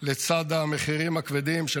לצד המחירים הכבדים של